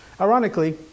Ironically